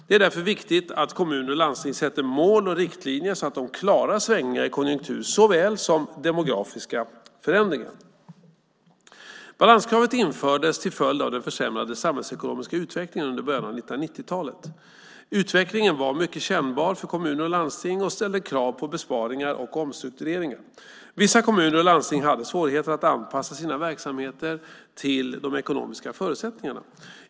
Det är därför viktigt att kommuner och landsting sätter mål och riktlinjer så att de klarar svängningar i konjunktur såväl som demografiska förändringar. Balanskravet infördes till följd av den försämrade samhällsekonomiska utvecklingen under början av 1990-talet. Utvecklingen var mycket kännbar för kommuner och landsting och ställde krav på besparingar och omstruktureringar. Vissa kommuner och landsting hade svårigheter att anpassa sina verksamheter till de ekonomiska förutsättningarna.